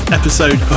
episode